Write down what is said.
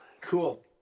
Cool